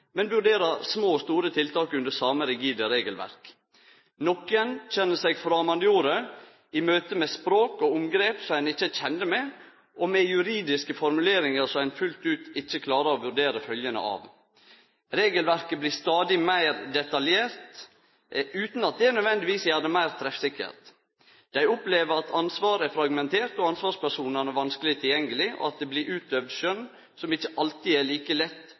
men vurderer små og store tiltak under same rigide regelverk. Nokre kjenner seg framandgjorde i møte med språk og omgrep ein ikkje er kjend med, og med juridiske formuleringar ein ikkje fullt ut klarar å vurdere følgjene av. Regelverket blir stadig meir detaljert, utan at det nødvendigvis gjer det meir treffsikkert. Dei opplever at ansvaret er fragmentert, at ansvarspersonane er vanskeleg tilgjengelege, og at det blir utøvd skjønn som det ikkje alltid er like lett